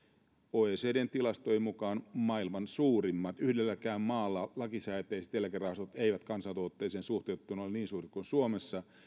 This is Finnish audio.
oecdn tilastojen mukaan maailman suurimmat yhdelläkään maalla lakisääteiset eläkerahastot eivät kansantuotteeseen suhteutettuna ole niin suuret kuin suomessa